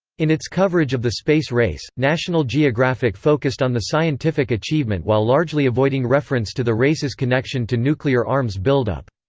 in its coverage of the space race, national geographic focused on the scientific achievement while largely avoiding reference to the race's connection to nuclear arms buildup.